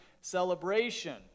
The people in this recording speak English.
celebration